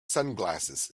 sunglasses